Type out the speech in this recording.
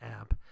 app